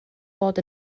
fod